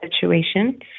situation